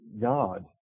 God